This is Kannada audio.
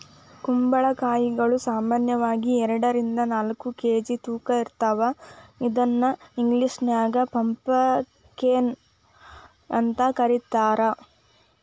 ಕುಂಬಳಕಾಯಿಗಳು ಸಾಮಾನ್ಯವಾಗಿ ಎರಡರಿಂದ ನಾಲ್ಕ್ ಕೆ.ಜಿ ತೂಕ ಇರ್ತಾವ ಇದನ್ನ ಇಂಗ್ಲೇಷನ್ಯಾಗ ಪಂಪಕೇನ್ ಅಂತ ಕರೇತಾರ